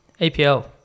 APL